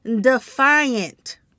defiant